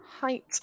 height